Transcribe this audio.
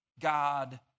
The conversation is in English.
God